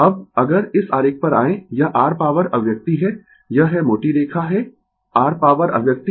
अब अगर इस आरेख पर आयें यह r पॉवर अभिव्यक्ति है यह है मोटी रेखा है r पॉवर अभिव्यक्ति